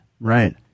Right